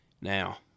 Now